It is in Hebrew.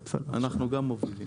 אנחנו גם מובילים.